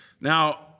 Now